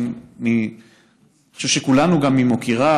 אני חושב שכולנו ממוקיריו,